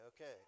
okay